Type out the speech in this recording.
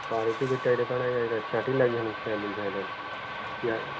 ପାଉଁରୁଟି ଭିତରେ ଏଇଟା କ'ଣ ଆଜ୍ଞା ଏଇଟା ତିଆରି